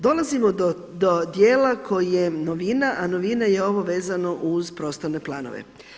Dolazimo do dijela koji je novina, a novina je ovo vezano uz prostorne planove.